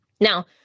Now